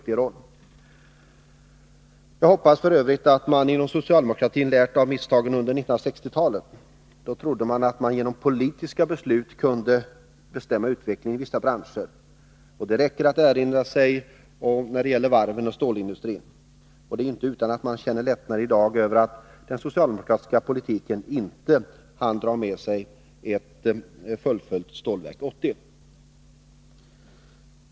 17 Jag hoppas f.ö. att socialdemokraterna har lärt av misstagen under 1960-talet. Då trodde de att man genom politiska beslut kunde bestämma utvecklingen inom vissa branscher. Det räcker att erinra om varven och stålindustrin. Det är inte utan att man känner lättnad i dag över att den socialdemokratiska politiken inte hann dra med sig också ett fullföljt Stålverk 80.